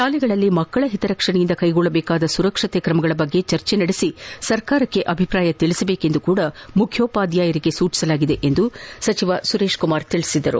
ಶಾಲೆಗಳಲ್ಲಿ ಮಕ್ಕಳ ಓತರಕ್ಷಣೆಯಿಂದ ಕೈಗೊಳ್ಳಬೇಕಾದ ಸುರಕ್ಷತಾ ಕ್ರಮಗಳ ಕುರಿತು ಚರ್ಜೆ ನಡೆಸಿ ಸರ್ಕಾರಕ್ಕೆ ಅಭಿಪ್ರಾಯ ತಿಳಿಸುವಂತೆಯೂ ಮುಖ್ಯೋಪಧ್ಗಾಯರಿಗೆ ಸೂಚಿಸಲಾಗಿದೆ ಎಂದು ಸಚಿವ ಸುರೇಶ್ ಕುಮಾರ್ ಪೇಳದ್ದಾರೆ